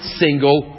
single